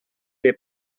les